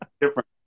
different